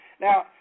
now